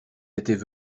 étaient